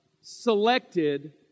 selected